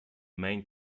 main